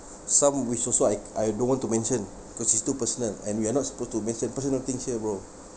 some which also I I don't want to mention because it's too personal and we're not supposed to mention personal things here bro